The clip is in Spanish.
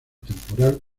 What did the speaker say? temporal